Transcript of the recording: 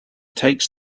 takes